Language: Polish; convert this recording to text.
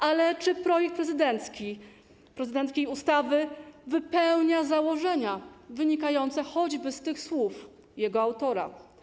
Ale czy projekt prezydenckiej ustawy wypełnia założenia wynikające choćby z tych słów jego autora?